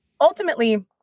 ultimately